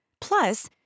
Plus